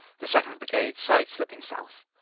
the second. brigade side-slipping south.